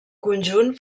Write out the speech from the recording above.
conjunt